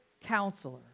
counselor